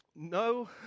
No